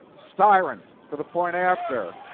styron for the point after.